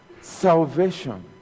salvation